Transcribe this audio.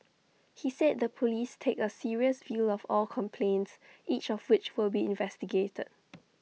he said the Police take A serious view of all complaints each of which will be investigated